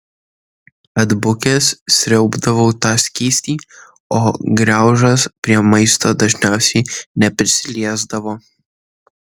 atbukęs sriaubdavau tą skystį o graužas prie maisto dažniausiai neprisiliesdavo